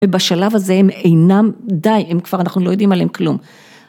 בשלב הזה הם אינם, די, הם כבר, אנחנו לא יודעים עליהם כלום.